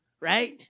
right